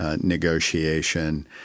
Negotiation